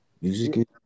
music